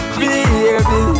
baby